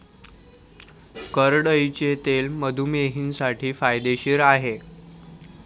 करडईचे तेल मधुमेहींसाठी फायदेशीर आहे